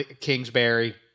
Kingsbury